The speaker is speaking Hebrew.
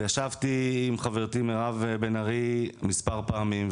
ישבתי עם חברתי מירב בן ארי מספר פעמים,